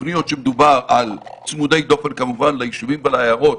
תוכניות שמדובר על צמודי דופן כמובן ליישובים ולעיירות,